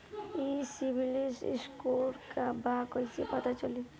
ई CIBIL score का बा कइसे पता चली?